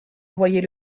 envoyer